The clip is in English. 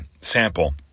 sample